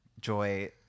joy